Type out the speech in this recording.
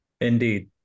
Indeed